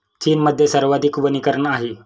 चीनमध्ये सर्वाधिक वनीकरण आहे